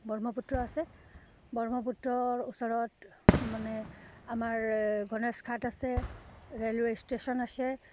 ব্ৰহ্মপুত্ৰ আছে ব্ৰহ্মপুত্ৰৰ ওচৰত মানে আমাৰ গণেশ ঘাট আছে ৰে'লৱে' ষ্টেচন আছে